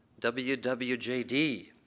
WWJD